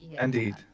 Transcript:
Indeed